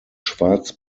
schwarz